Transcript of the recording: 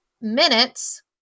minutes